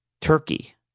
Turkey